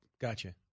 Gotcha